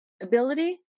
ability